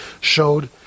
showed